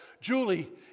Julie